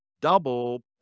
double